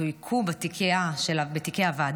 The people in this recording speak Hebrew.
תויקו בתיקי הוועדה